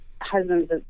husband